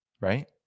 right